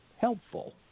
helpful